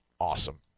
awesome